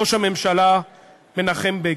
ראש הממשלה מנחם בגין.